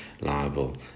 liable